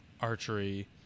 archery